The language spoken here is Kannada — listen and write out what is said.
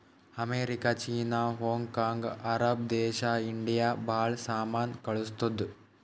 America, China, Hong Kong, Arab ದೇಶಕ್ ಇಂಡಿಯಾ ಭಾಳ ಸಾಮಾನ್ ಕಳ್ಸುತ್ತುದ್